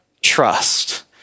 trust